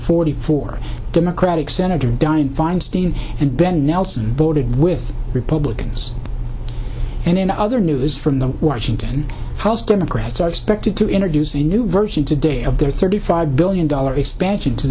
forty four democratic senator dianne feinstein and ben nelson voted with republicans and in other news from the washington post democrats are expected to introduce a new version today of their thirty five billion dollar expansion to